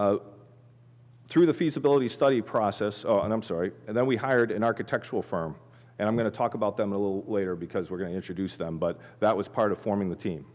through the feasibility study process and i'm sorry and then we hired an architectural firm and i'm going to talk about them a little later because we're going to introduce them but that was part of forming the team